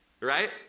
Right